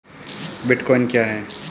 Bitcoin क्या है?